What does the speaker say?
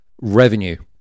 revenue